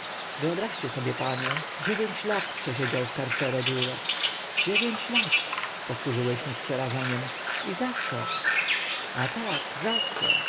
wyobraźcie sobie panie dziewięć lat przesiedział w carcere duro dziewięć lat powtórzyłyśmy z przerażeniem i za co a tak za co